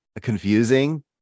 confusing